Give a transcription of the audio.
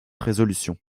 résolution